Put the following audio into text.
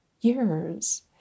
years